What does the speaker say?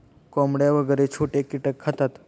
कोंबड्या वगैरे छोटे कीटक खातात